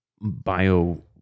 bio